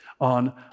on